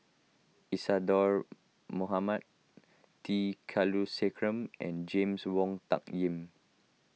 Isadhora Mohamed T Kulasekaram and James Wong Tuck Yim